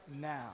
now